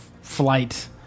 flight